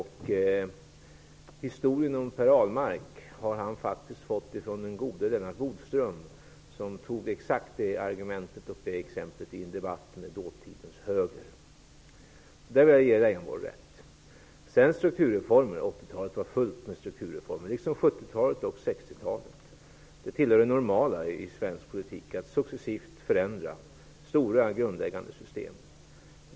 Historien om Per Ahlmark har han faktiskt fått från den gode Lennart Bodström, som tog exakt det argumentet och exemplet i en debatt med dåtidens höger. Där vill jag ge Lars Leijonborg rätt. 80-talet var fullt med strukturreformer, liksom 70 talet och 60-talet. Det tillhör det normala i svensk politik att successivt förändra stora grundläggande system.